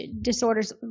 disorders